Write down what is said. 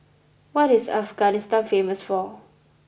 what is Afghanistan famous for